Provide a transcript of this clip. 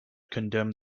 condemned